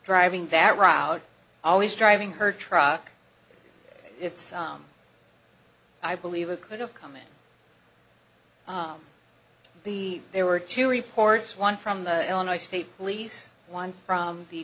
driving that route always driving her truck i believe it could have come in be there were two reports one from the illinois state police one from the